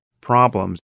problems